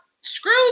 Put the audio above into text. Screw